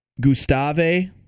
Gustave